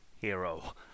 hero